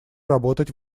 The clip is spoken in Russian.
работать